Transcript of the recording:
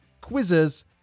quizzes